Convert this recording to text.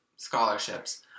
Scholarships